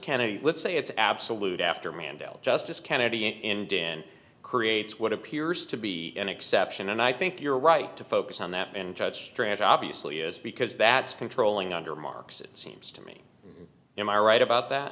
kennedy would say it's absolute after mandela justice kennedy and in creates what appears to be an exception and i think you're right to focus on that and judge trant obviously is because that's controlling under marks it seems to me am i right about that